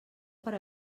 per